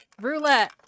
Roulette